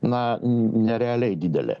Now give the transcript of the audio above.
na nerealiai didelė